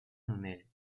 nonell